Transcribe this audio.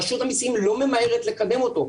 רשות המיסים לא ממהרת לקדם אותו,